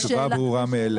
התשובה ברורה מאליה.